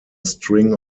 string